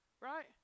right